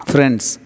Friends